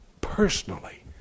personally